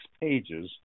pages